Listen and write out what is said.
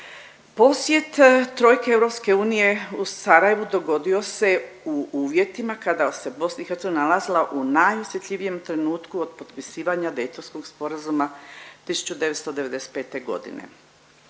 Posjet trojke EU u Sarajevu dogodio se u uvjetima kada se BIH nalazila u najosjetljivijem trenutku od potpisivanja Daytonskog sporazuma 1995. godine.